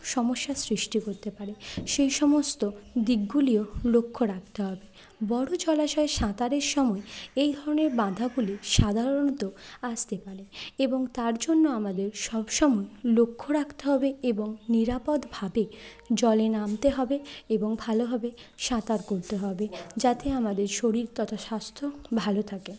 সমস্যার সৃষ্টি করতে পারে সেই সমস্ত দিকগুলিও লক্ষ্য রাখতে হবে বড়ো জলাশয়ে সাঁতারের সময় এই ধরনের বাধাগুলি সাধারণত আসতে পারে এবং তার জন্য আমাদের সব সময় লক্ষ্য রাখতে হবে এবং নিরাপদভাবে জলে নামতে হবে এবং ভালোভাবে সাঁতার করতে হবে যাতে আমাদের শরীর তথা স্বাস্থ্য ভালো থাকে